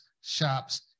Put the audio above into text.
shops